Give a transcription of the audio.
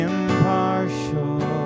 Impartial